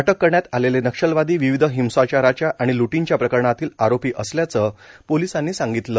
अटक करण्यात आलेले नक्षलवादी विविध हिंसाचाराच्या आणि ल्टींच्या प्रकरणातील आरोपी असल्याचं पोलिसांनी सांगितलं